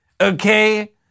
Okay